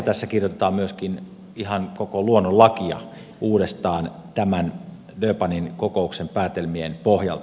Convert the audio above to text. tässä kirjoitetaan myöskin ihan koko luonnonlakia uudestaan tämän durbanin kokouksen päätelmien pohjalta